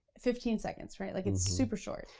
fifteen seconds, right, like it's super short,